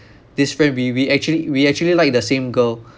this friend we we actually we actually like the same girl